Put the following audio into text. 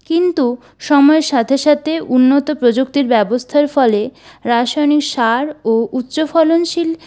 কিন্তু সময়ের সাথে সাথে উন্নত প্রযুক্তির ব্যবস্থার ফলে রাসায়নিক সার ও উচ্চফলনশীল